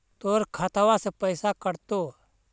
तोर खतबा से पैसा कटतो?